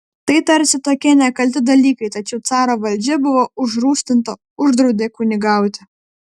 tai tarsi tokie nekalti dalykai tačiau caro valdžia buvo užrūstinta uždraudė kunigauti